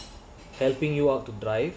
helping you out to drive